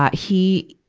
ah he,